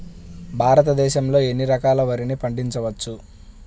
భారతదేశంలో ఎన్ని రకాల వరిని పండించవచ్చు